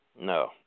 No